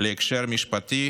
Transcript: להכשר משפטי